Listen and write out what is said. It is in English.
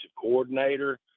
coordinator